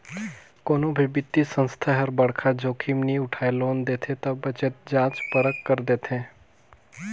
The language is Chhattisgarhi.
कोनो भी बित्तीय संस्था हर बड़खा जोखिम नी उठाय लोन देथे ता बतेच जांच परख कर देथे